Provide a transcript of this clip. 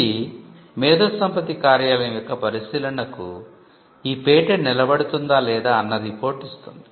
అది మేధో సంపత్తి కార్యాలయం యొక్క పరిశీలనకు ఈ పేటెంట్ నిలబడుతుందా లేదా అన్న రిపోర్ట్ ఇస్తుంది